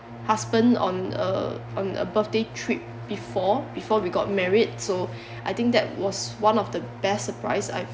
husband on a on a birthday treat before before we got married so I think that was one of the best surprise I've